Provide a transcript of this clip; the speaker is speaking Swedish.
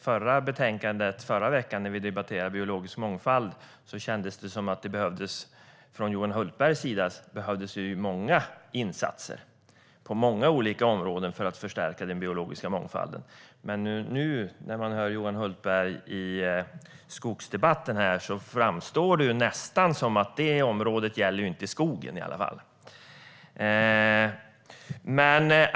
Förra veckan, när det gällde biologisk mångfald, kändes det som om han tyckte att det behövdes många insatser på många olika områden för att förstärka den biologiska mångfalden. Men i skogsdebatten framstår det som om det i alla fall inte är så när det gäller skogen.